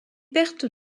pertes